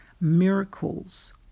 Miracles